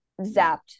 zapped